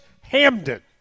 Hamden